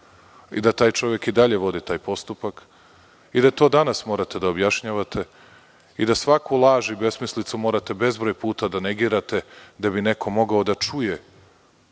I da taj čovek i dalje vodi taj postupak. I da to danas morate da objašnjavate. I da svaku laž i besmislicu morate bezbroj puta da negirate, da bi neko mogao da čuje